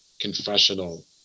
confessional